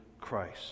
Christ